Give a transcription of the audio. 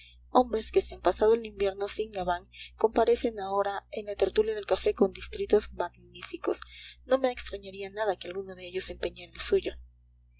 hombres que se han pasado el invierno sin gabán comparecen ahora en la tertulia del café con distritos magníficos no me extrañaría nada que alguno de ellos empeñara el suyo